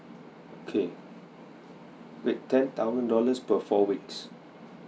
okay wait ten thousand dollars per for weeks